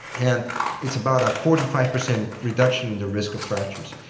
and it's about a forty five percent reduction in the risk of fractures.